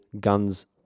guns